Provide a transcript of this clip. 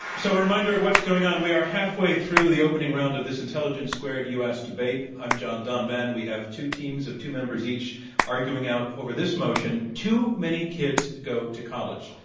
so a reminder of what's going on. we are halfway through the opening round of this intelligence squared u. s. debate. i'm john donvan. we have two teams of two members each arguing out over this motion too many kids go to college.